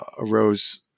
arose